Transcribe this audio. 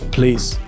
Please